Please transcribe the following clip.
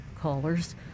callers